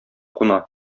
куна